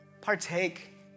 partake